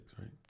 right